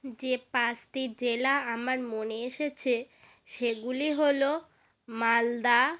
যে পাঁচটি জেলা আমার মনে এসেছে সেগুলি হলো মালদা